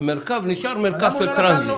המרכב נשאר מרכב של טרנזיט.